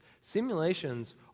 Simulations